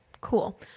cool